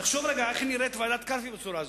תחשוב רגע איך נראית ועדת קלפי בצורה הזאת.